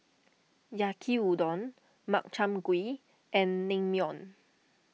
Yaki Udon Makchang Gui and Naengmyeon